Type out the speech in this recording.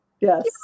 Yes